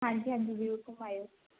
ਹਾਂਜੀ ਹਾਂਜੀ